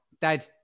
Dad